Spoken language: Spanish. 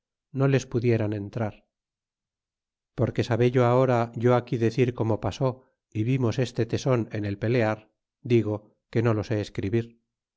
no les pudieran entrar porque sabello ahora yo aquí decir como pasó y vimos este teson en el pelear digo que no lo sé escribir